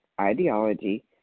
ideology